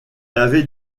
avait